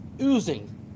oozing